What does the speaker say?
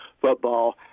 football